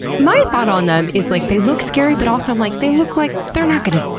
my thought on them is, like, they look scary, but also like they look like they're not going to,